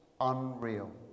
unreal